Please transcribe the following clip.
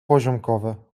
poziomkowe